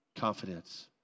confidence